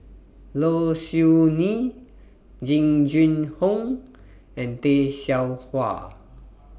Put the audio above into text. Low Siew Nghee Jing Jun Hong and Tay Seow Huah